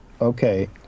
okay